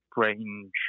strange